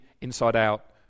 inside-out